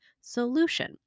solution